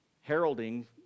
heralding